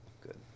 good